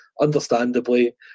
understandably